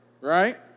right